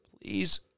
Please